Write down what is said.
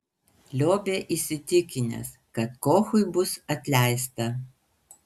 liobė įsitikinęs kad kochui bus atleista